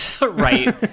Right